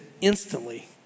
instantly